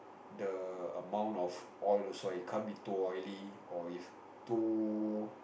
the amount of oil also it can't be too oily or if too